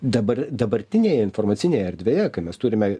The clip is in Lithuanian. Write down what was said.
dabar dabartinėje informacinėje erdvėje kai mes turime